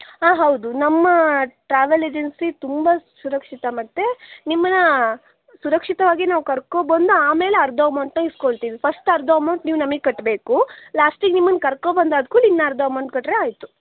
ಹಾಂ ಹೌದು ನಮ್ಮ ಟ್ರಾವೆಲ್ ಏಜನ್ಸಿ ತುಂಬ ಸುರಕ್ಷಿತ ಮತ್ತು ನಿಮ್ಮನ್ನ ಸುರಕ್ಷಿತವಾಗಿ ನಾವು ಕರ್ಕೊಬಂದು ಆಮೇಲೆ ಅರ್ಧ ಅಮೌಂಟನ್ನು ಇಸ್ಕೊಳ್ತೀವಿ ಫಸ್ಟ್ ಅರ್ಧ ಅಮೌಂಟ್ ನೀವು ನಮಗೆ ಕಟ್ಟಬೇಕು ಲಾಸ್ಟಿಗೆ ನಿಮ್ಮನ್ನು ಕರ್ಕೊಬಂದಾದ ಕೂಡಲೇ ಇನ್ನರ್ಧ ಅಮೌಂಟ್ ಕೊಟ್ಟರೆ ಆಯಿತು